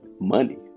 money